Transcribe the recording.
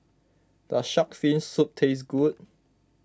does Shark's Fin Soup taste good